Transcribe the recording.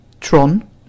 Tron